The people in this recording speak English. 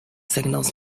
signals